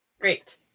Great